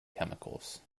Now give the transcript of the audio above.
chemicals